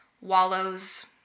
wallows